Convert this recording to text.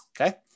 okay